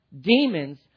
demons